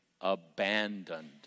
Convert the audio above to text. abandoned